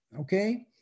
okay